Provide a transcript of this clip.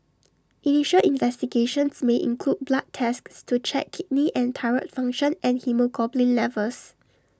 initial investigations may include blood tests to check kidney and thyroid function and haemoglobin levels